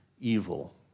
evil